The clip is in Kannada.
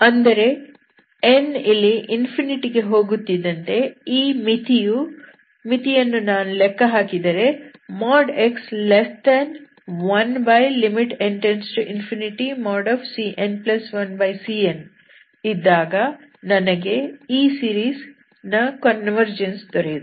ಅಂದರೆ n ಇಲ್ಲಿ ಗೆ ಹೋಗುತ್ತಿದ್ದಂತೆ ಈ ಮಿತಿ ಯನ್ನು ನಾನು ಲೆಕ್ಕ ಹಾಕಿದರೆ |x|1n→∞cn1cn ಇದ್ದಾಗ ನನಗೆ ಈ ಸೀರೀಸ್ ನ ಕನ್ವರ್ಜೆನ್ಸ್ ದೊರೆಯುತ್ತದೆ